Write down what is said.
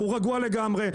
הוא רגוע לגמרי,